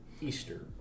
Easter